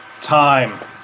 time